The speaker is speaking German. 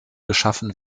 geschaffen